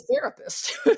therapist